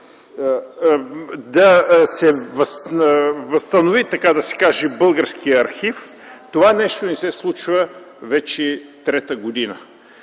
да се възстанови, така да се каже, българският архив, това нещо не се случва вече трета година.